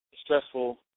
stressful